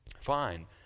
fine